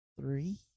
three